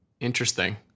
Interesting